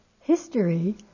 history